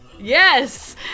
Yes